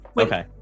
Okay